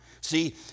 See